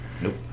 Nope